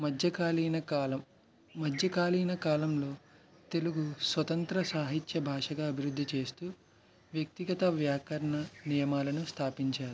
మధ్య కాలిన కాలం మంచి కాలిన కాలంలో తెలుగు స్వతంత్ర సాహిత్య భాషగా అభివృద్ధి చేస్తూ వ్యక్తిగత వ్యాకరణ నియమాలను స్థాపించారు